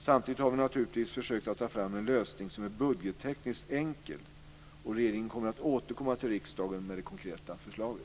Samtidigt har vi naturligtvis försökt ta fram en lösning som är budgettekniskt enkel. Regeringen kommer att återkomma till riksdagen med det konkreta förslaget.